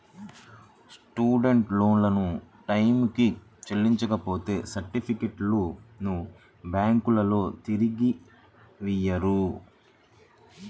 student లోన్లను టైయ్యానికి చెల్లించపోతే సర్టిఫికెట్లను బ్యాంకులోల్లు తిరిగియ్యరు